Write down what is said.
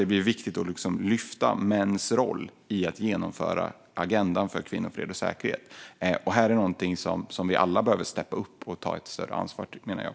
Det är viktigt att lyfta mäns roll i genomförandet av agendan för kvinnor, fred och säkerhet. Här menar jag att vi alla behöver steppa upp och ta ett större ansvar.